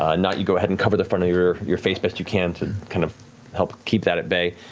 ah nott, you go ahead and cover the front of your your face the best you can to kind of help keep that at bay.